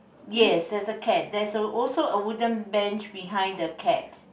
yes there's a cat there's a also a wooden bench behind the cat